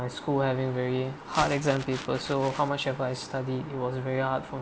school having very hard exam papers so how much have I studied it was very hard for